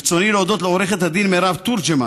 ברצוני להודות לעורכת הדין מירב תורג'מן